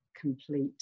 complete